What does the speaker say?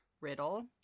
Riddle